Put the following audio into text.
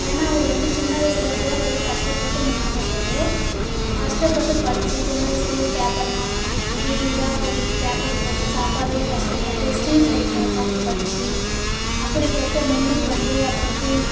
ஏன்னா அவர் வந்து சின்ன வயசுலேருந்தே ஒரு கஷ்டப்பட்டு முன்னுக்கு வந்தவர் கஷ்டப்பட்டு படிச்சி சின்ன வயசில பேப்பர்லாம் வா வீடு வீடாக போய் பேப்பர் போட்டு சாப்பாட்டுக்கே கஷ்டப்பட்டு ஸ்ட்ரீட் லைட்டில் உட்காந்து படிச்சு அப்படிப்பட்ட முன்னுக்கு வந்து அப்புறம் ஃபீ